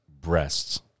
breasts